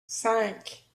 cinq